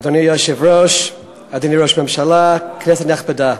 אדוני היושב-ראש, אדוני ראש הממשלה, כנסת נכבדה,